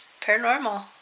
paranormal